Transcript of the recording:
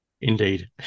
indeed